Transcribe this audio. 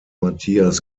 matthias